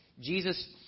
Jesus